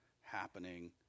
happening